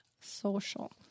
social